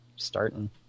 starting